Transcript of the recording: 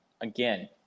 again